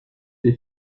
des